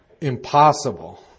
impossible